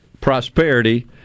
Prosperity